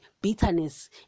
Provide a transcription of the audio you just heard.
bitterness